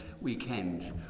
weekend